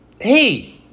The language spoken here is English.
hey